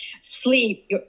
sleep